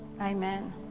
Amen